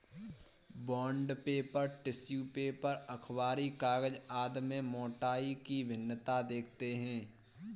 bond paper, tissue paper, अखबारी कागज आदि में मोटाई की भिन्नता देखते हैं